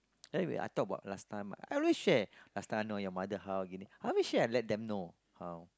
anyway I talk about last time I always share last time I know your mother how gini I always share and let them know